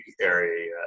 area